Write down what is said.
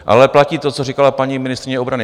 Ale platí to, co říkala paní ministryně obrany.